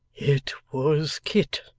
it was kit,